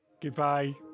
goodbye